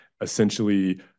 essentially